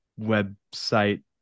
website